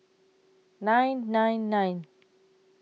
nine nine nine